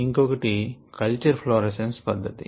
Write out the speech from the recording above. ఇంకొకటి culture fluorescence పధ్ధతి